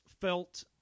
felt